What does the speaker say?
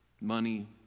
money